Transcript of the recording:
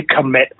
commit